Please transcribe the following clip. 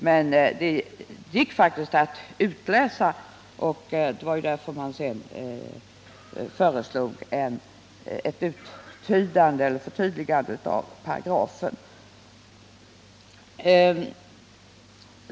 Men det gick faktiskt att utläsa, och det var därför som man sedan föreslog ett förtydligande av paragrafen.